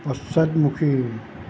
পশ্চাদমুখী